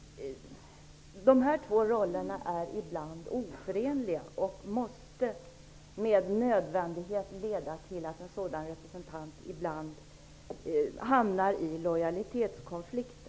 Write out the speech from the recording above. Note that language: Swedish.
Dessa två roller är ibland oförenliga och måste med nödvändighet leda till att en sådan representant ibland hamnar i lojalitetskonflikter.